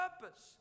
purpose